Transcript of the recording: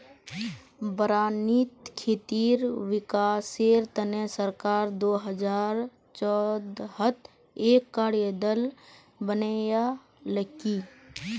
बारानीत खेतीर विकासेर तने सरकार दो हजार चौदहत एक कार्य दल बनैय्यालकी